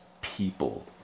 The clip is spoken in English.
people